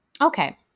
Okay